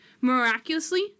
miraculously